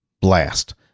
blast